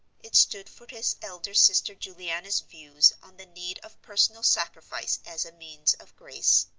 it stood for his elder sister juliana's views on the need of personal sacrifice as a means of grace.